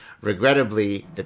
regrettably